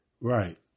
Right